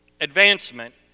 advancement